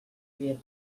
havia